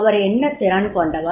அவர் என்ன திறன் கொண்டவர்